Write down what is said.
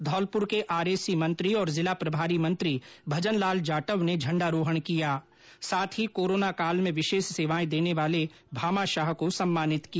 धौलपुर के आरएसी मंत्री और जिला प्रभारी मंत्री भजन लाल जाटव ने झण्डारोहण किया साथ ही कोरोनाकाल में विशेष सेवाएं देने वाले भामाशाह को सम्मानित किया